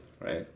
right